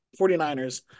49ers